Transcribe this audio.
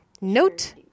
Note